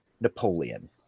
Napoleon